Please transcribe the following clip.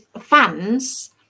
fans